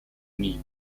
need